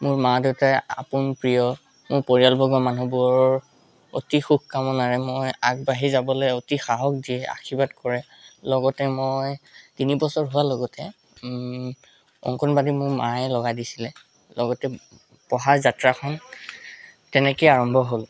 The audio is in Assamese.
মোৰ মা দেউতাই আপোন প্ৰিয় মোৰ পৰিয়ালবৰ্গৰ মানুহবোৰ অতি শুভকামনাৰে মই আগবাঢ়ি যাবলৈ অতি সাহস দিয়ে আশীৰ্বাদ কৰে লগতে মই তিনি বছৰ হোৱা লগতে অংগনবাডীত মোৰ মায়ে লগাই দিছিলে লগতে পঢ়াৰ যাত্ৰাখন তেনেকৈয়ে আৰম্ভ হ'ল